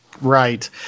right